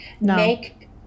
Make